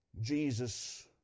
Jesus